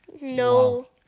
No